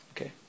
Okay